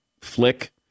flick